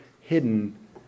hidden